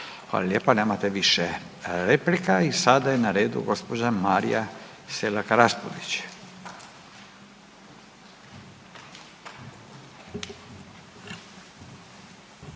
lijepo. Nemate više replika. I sada je na redu gđa. Marija Selak Raspudić,